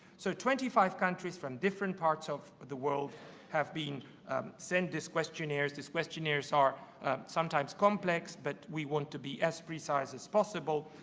so twenty five countries from different parts of the world have been sent these questionnaires. these questionnaires are sometimes complex, but we want to be as precise as possible.